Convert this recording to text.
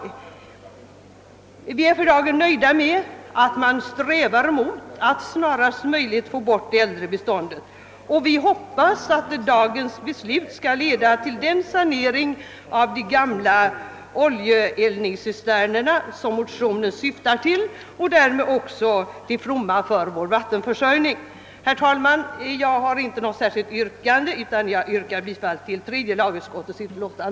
För dagen är vi nöjda med att man strävar mot att snarast möjligt få bort det äldre beståndet. Vi hoppas att dagens beslut skall leda till den sanering av de gamla oljeeldningscisternerna som motionen syftar till och därmed också bli till fromma för vår vattenförsörjning. Herr talman! Jag har inte något annat yrkande än om bifall till tredje lagutskottets hemställan.